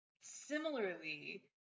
similarly